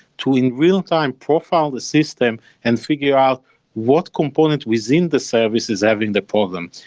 to in real-time profile the system and figure out what component within the service is having the problem.